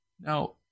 Now